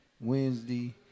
Wednesday